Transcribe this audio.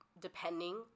depending